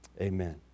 Amen